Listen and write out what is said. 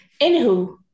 Anywho